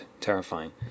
terrifying